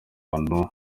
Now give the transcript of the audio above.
ahantu